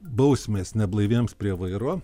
bausmes neblaiviems prie vairo